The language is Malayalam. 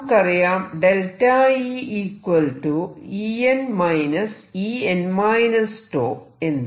നമുക്കറിയാം EEn En τ എന്ന്